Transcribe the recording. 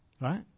right